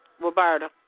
Roberta